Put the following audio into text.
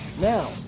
Now